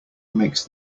makes